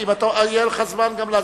יהיה לך גם זמן להסביר.